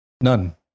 None